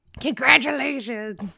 Congratulations